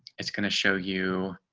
it's going to show you